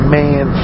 man